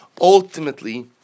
ultimately